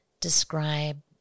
describe